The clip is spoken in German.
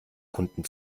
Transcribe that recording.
kunden